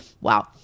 Wow